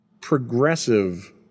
progressive